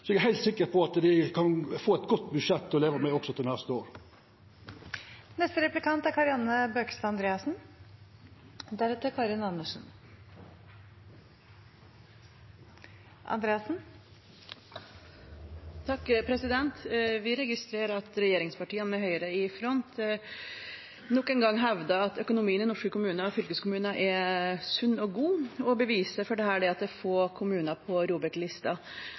så eg er heilt sikker på at dei kan få eit godt budsjett å leva med også til neste år. Vi registrerer at regjeringspartiene med Høyre i front nok en gang hevder at økonomien i norske kommuner og fylkeskommuner er sunn og god. Beviset for dette er at det er få kommuner på